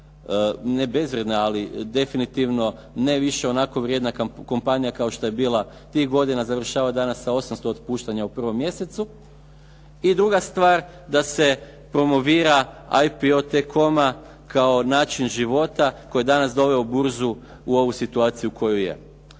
Ne bezvrijedna ali definitivno ne više onako vrijedna kompanija kao što je bila tih godina završava danas sa 800 otpuštanja u prvom mjesecu. I druga stvar da se promovira IPO T-Coma kao način života koji je danas doveo burzu u ovu situaciju u kojoj je.